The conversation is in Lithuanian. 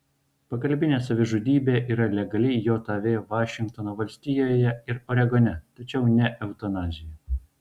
pagalbinė savižudybė yra legali jav vašingtono valstijoje ir oregone tačiau ne eutanazija